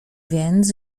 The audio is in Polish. więc